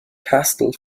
castle